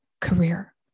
career